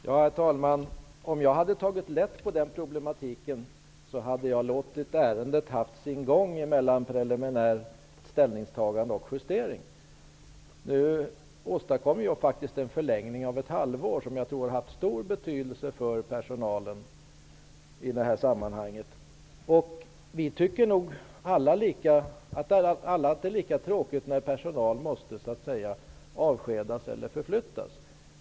Herr talman! Om jag hade tagit lätt på den problematiken, hade jag låtit ärendet få ha sin gång mellan preliminärt ställningstagande och justering. Nu åstadkom vi faktiskt ett halvårs förlängning, vilket jag tror har haft stor betydelse för personalen. Vi tycker nog alla att det är tråkigt när personal måste avskedas eller förflyttas.